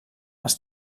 els